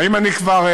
האם אני כבר,